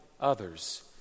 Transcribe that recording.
others